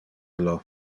illo